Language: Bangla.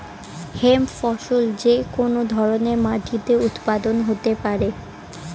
হেম্প ফসল যে কোন ধরনের মাটিতে উৎপাদন হতে পারে